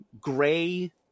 gray